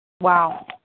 Wow